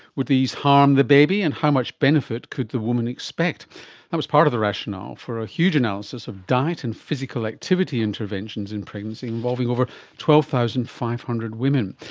would these harm the baby, and how much benefit could the woman expect? that was part of the rationale for a huge analysis of diet and physical activity interventions in pregnancy involving over twelve thousand five hundred women.